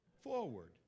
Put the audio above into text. Forward